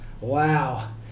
Wow